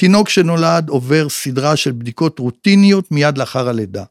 תינוק שנולד עובר סדרה של בדיקות רוטיניות מיד לאחר הלידה.